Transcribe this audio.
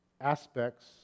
aspects